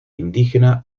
indígena